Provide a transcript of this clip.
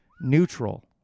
neutral